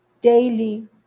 daily